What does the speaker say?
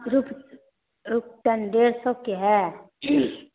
रूप रुपचन डेढ़ सए के हए